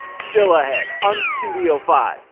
still ahead on studio five,